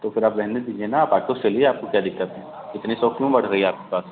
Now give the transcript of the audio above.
तो फिर आप रहने दीजिए ना आप आटो से चलिए आपको क्या दिक़्क़त है इतनी शौक़ क्यों बढ़ रहा आपके पास